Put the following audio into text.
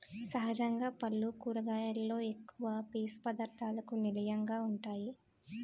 సహజంగా పల్లు కూరగాయలలో ఎక్కువ పీసు పధార్ధాలకు నిలయంగా వుంటాయి